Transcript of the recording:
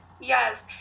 Yes